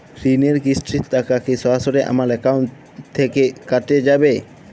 ঋণের কিস্তির টাকা কি সরাসরি আমার অ্যাকাউন্ট থেকে কেটে যাবে?